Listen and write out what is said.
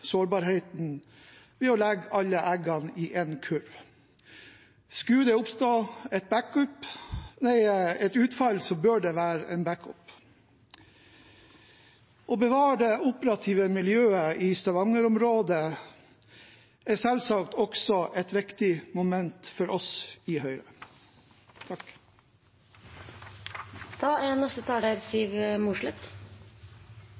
sårbarheten ved å legge alle eggene i én kurv. Skulle det oppstå et utfall, bør det være en backup. Å bevare det operative miljøet i Stavanger-området er selvsagt også et viktig moment for oss i Høyre.